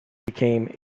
became